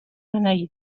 beneïda